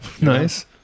Nice